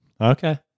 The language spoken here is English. Okay